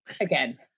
again